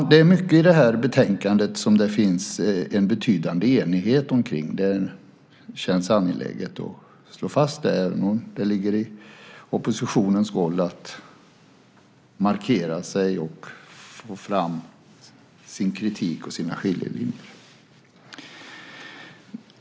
Det finns mycket i det här betänkandet som det råder betydande enighet om. Det känns angeläget att slå fast. Det ligger i oppositionens roll att markera och få fram kritik och skiljelinjer.